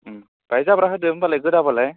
बाहाय जाब्रा होदो होबालाय गोदाबालाय